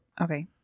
Okay